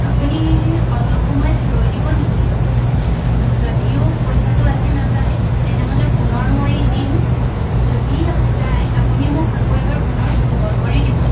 আপুনি অলপ সময় ৰৈ দিব নেকি যদিও পইচাটো আজি নাযায় তেনেহ'লে পুনৰ মই দিম যদি আ যায় আপুনি মোক আকৌ এবাৰ পুনৰ খবৰ কৰি দিব